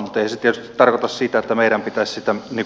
mutta eihän se tietysti tarkoita sitä että meidän pitäisi sitä hyväksyä